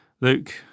luke